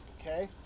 Okay